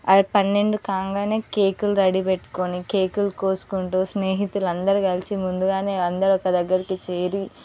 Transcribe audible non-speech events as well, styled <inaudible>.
<unintelligible> పన్నెండు కాగానే కేకులు రెడీ పెట్టుకుని కేకులు కోసుకుంటూ స్నేహితులందరూ కలిసి ముందుగానే అందరూ ఒక దగ్గరికి చేరి